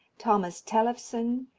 thomas tellefsen,